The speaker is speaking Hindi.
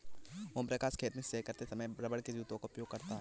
ओम प्रकाश खेत में सिंचाई करते समय रबड़ के जूते का उपयोग करता है